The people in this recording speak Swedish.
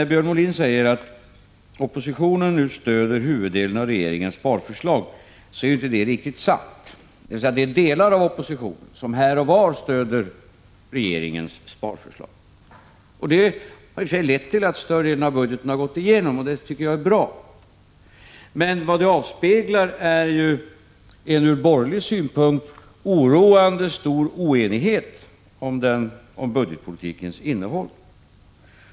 Björn Molin säger att oppositionen nu stöder huvuddelen av regeringens sparförslag. Men det är inte riktigt sant. Jag vill framhålla att det är en del av oppositionen som här och var stöder regeringens sparförslag. Det har i och för sig lett till att en större del av förslagen i budgeten har gått igenom, och det är ju bra. Men vad som i detta sammanhang avspeglas är en ur borgerlig synpunkt oroande stor oenighet om budgetpolitikens innehåll.